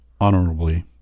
honorably